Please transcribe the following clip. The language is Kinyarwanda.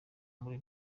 biri